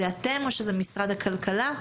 אתם או משרד הכלכלה?